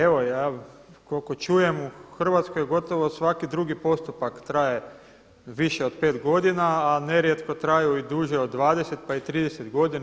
Evo koliko ja čujem u Hrvatskoj gotovo svaki drugi postupak traje više od 5 godina, a nerijetko traju i duže od 20, pa i 30 godina.